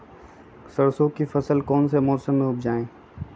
सरसों की फसल कौन से मौसम में उपजाए?